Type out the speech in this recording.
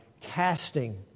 casting